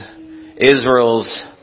Israel's